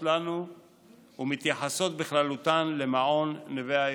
לנו ומתייחסות בכללותן למעון נווה האירוס.